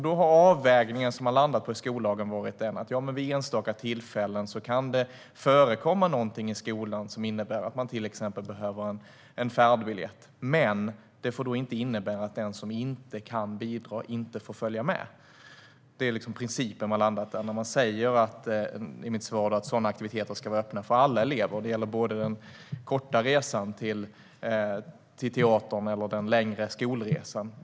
Då har avvägningen som man har landat på i skollagen varit: Ja, men vid enstaka tillfällen kan det förekomma någonting i skolan som innebär att man till exempel behöver en färdbiljett. Men det får då inte innebära att den som inte kan bidra inte får följa med. Det är liksom principen. Jag säger i mitt svar att sådana aktiviteter ska vara öppna för alla elever. Det gäller både den korta resan till teatern och den längre skolresan.